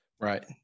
Right